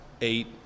eight